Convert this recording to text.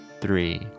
three